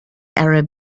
arab